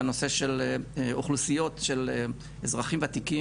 בנושא של אוכלוסיות של אזרחים וותיקים